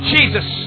Jesus